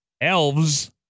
elves